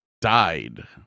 Died